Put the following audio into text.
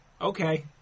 okay